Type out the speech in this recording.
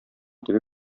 теге